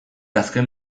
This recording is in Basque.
azken